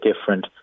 different